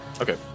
Okay